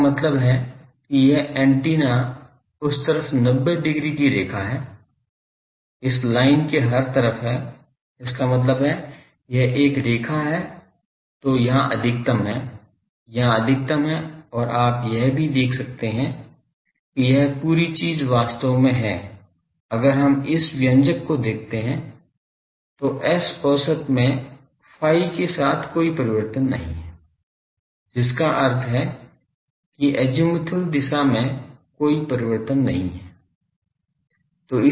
इसका मतलब है कि यह एंटीना उस तरफ 90 डिग्री की रेखा है इस लाइन के हर तरफ है इसका मतलब है अगर यह एक रेखा है तो यहां अधिकतम है यहां अधिकतम है और आप यह भी देख सकते हैं कि यह पूरी चीज वास्तव में है अगर हम इस व्यंजक को देखते हैं तो S औसत में phi के साथ कोई परिवर्तन नहीं है जिसका अर्थ है कि अज़ीमुथल दिशा में कोई परिवर्तन नहीं है